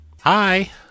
Hi